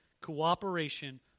cooperation